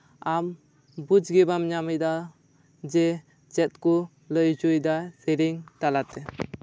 ᱟᱢ ᱵᱩᱡ ᱜᱮ ᱵᱟᱢ ᱧᱟᱢᱮᱫᱟ ᱡᱮ ᱪᱮᱫ ᱠᱚ ᱞᱟᱹᱭ ᱦᱚᱪᱚᱭᱮᱫᱟ ᱥᱮᱨᱮᱧ ᱛᱟᱞᱟᱛᱮ